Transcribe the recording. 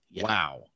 wow